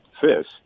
fish